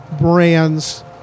brands